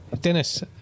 Dennis